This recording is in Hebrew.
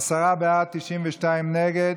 עשרה בעד, 92 נגד.